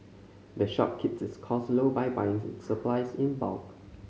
the shop keeps its cost low by buying its supplies in bulk